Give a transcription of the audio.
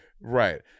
right